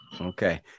Okay